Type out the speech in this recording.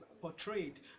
portrayed